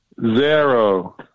Zero